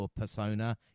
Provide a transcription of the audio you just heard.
persona